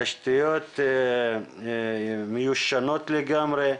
התשתיות מיושנות לגמרי,